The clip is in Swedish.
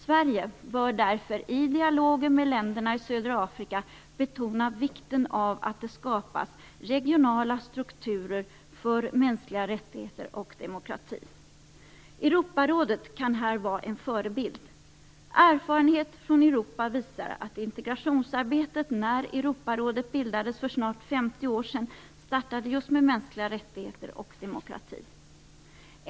Sverige bör därför i dialogen med länderna i södra Afrika betona vikten av att det skapas regionala strukturer för mänskliga rättigheter och demokrati. Europarådet kan här vara en förebild. Erfarenhet från Europa visar att integrationsarbetet när Europarådet bildades för snart 50 år sedan startade just med mänskliga rättigheter och demokrati.